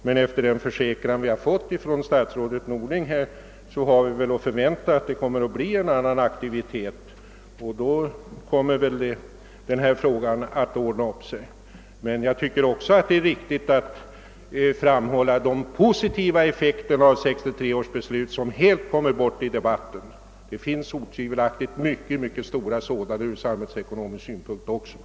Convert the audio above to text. Men efter den försäkran vi fått från statsrådet Norling kan vi väl vänta oss en större aktivitet, och då kommer väl denna fråga att reda upp sig. — Men jag tycker också att det är riktigt att framhålla de positiva effekterna av 1963 års beslut som helt kommit bort i debatten. Ur samhällsekonomisk syn punkt finns det otvivelaktigt också mycket stora sådana.